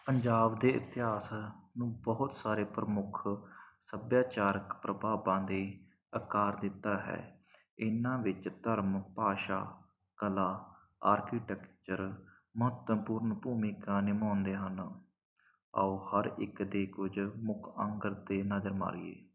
ਪੰਜਾਬ ਦੇ ਇਤਿਹਾਸ ਨੂੰ ਬਹੁਤ ਸਾਰੇ ਪ੍ਰਮੁੱਖ ਸੱਭਿਆਚਾਰਕ ਪ੍ਰਭਾਵਾਂ ਦੇ ਆਕਾਰ ਦਿੱਤਾ ਹੈ ਇਨ੍ਹਾਂ ਵਿੱਚ ਧਰਮ ਭਾਸ਼ਾ ਕਲਾ ਆਰਕੀਟੈਕਚਰ ਮਹੱਤਵਪੂਰਨ ਭੂਮਿਕਾ ਨਿਭਾਉਂਦੇ ਹਨ ਆਓ ਹਰ ਇੱਕ ਦੇ ਕੁਝ ਮੁੱਖ ਅੰਗ 'ਤੇ ਨਜ਼ਰ ਮਾਰੀਏ